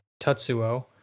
Tatsuo